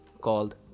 called